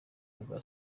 bwa